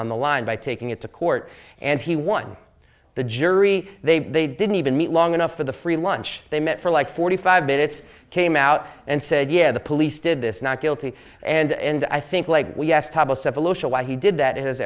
on the line by taking it to court and he won the jury they they didn't even meet long enough for the free lunch they met for like forty five minutes came out and said yeah the police did this not guilty and i think like we asked why he did that